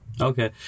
Okay